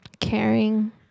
caring